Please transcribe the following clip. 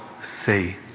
see